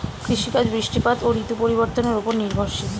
কৃষিকাজ বৃষ্টিপাত ও ঋতু পরিবর্তনের উপর নির্ভরশীল